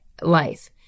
life